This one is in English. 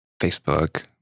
Facebook